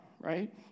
right